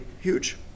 huge